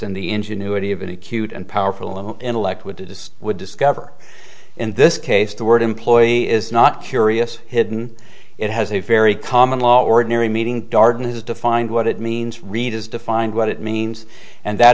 and the ingenuity of an acute and powerful intellect which it is would discover in this case the word employee is not curious hidden it has a very common law ordinary meeting darden has defined what it means read as defined what it means and that